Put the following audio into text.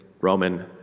Roman